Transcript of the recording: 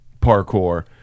parkour